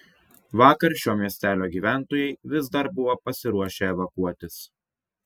vakar šio miestelio gyventojai vis dar buvo pasiruošę evakuotis